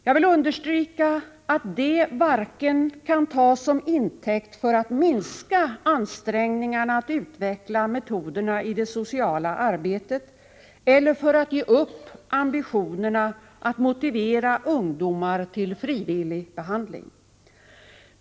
Jag vill understryka att det varken kan tas som intäkt för att minska ansträngningarna att utveckla metoderna i det sociala arbetet eller för att ge upp ambitionerna att motivera ungdomar till frivillig behandling.